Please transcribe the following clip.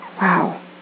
Wow